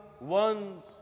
ones